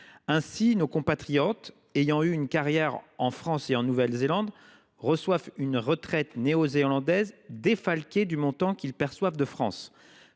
Ainsi, nos compatriotes ayant eu une carrière dans les deux pays reçoivent une retraite néo-zélandaise défalquée du montant qu’ils perçoivent de France.